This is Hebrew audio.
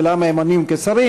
למה הם עונים כשרים,